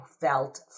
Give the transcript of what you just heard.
felt